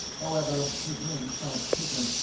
however, his name sounds piquant,